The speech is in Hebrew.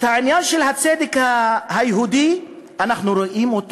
את העניין של הצדק היהודי אנחנו רואים,